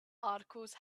articles